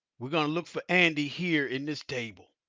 we're gonna look for andy here in this table.